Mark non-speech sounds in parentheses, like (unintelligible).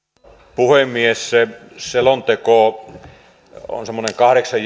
puhemies selonteko on semmoinen kahdeksan (unintelligible)